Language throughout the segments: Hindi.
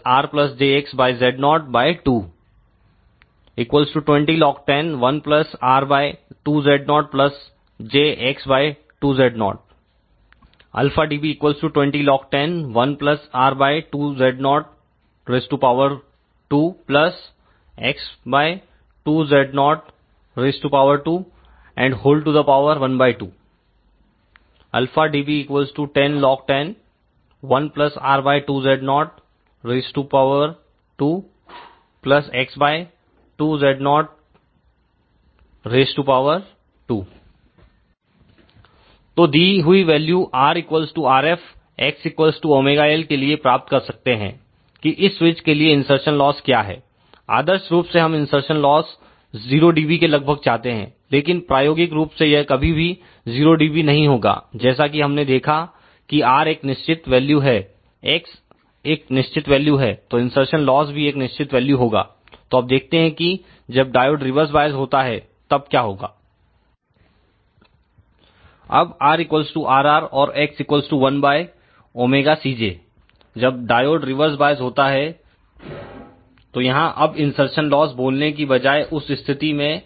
20log101RjXZo01220log102RjXZo220log101R2ZojX2Zo 20log101R2Zo2X2Zo212 10log101R2Zo2X2Zo2 तो दी हुई value R Rf X ωL के लिए प्राप्त कर सकते हैं कि इस स्विच के लिए इनसरसन लॉस क्या है आदर्श रूप से हम इनसरसन लॉस 0 dB के लगभग चाहते हैं लेकिन प्रायोगिक रूप से यह कभी भी 0 dB नहीं होगा जैसा कि हमने देखा कि R एक निश्चित वैल्यू है X एक निश्चित वैल्यू है तो इनसरसन लॉस भी एक निश्चित वैल्यू होगा तो अब देखते हैं कि जब डायोड रिवर्स बॉयस होता है तब क्या होगा अब R Rr और X1 ωCj जब डायोड रिवर्स बॉयस होता है तोयहां अब इनसरसन लॉस बोलने की बजाय उस स्थिति में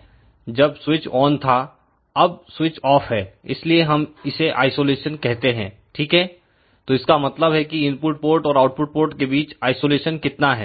जब स्विच ऑन था अब स्विच ऑफ है इसलिए हम इसे आइसोलेशन कहते हैं ठीक है तो इसका मतलब है कि इनपुट पोर्ट और आउटपुट पोर्ट के बीच आइसोलेशन कितना है